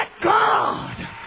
God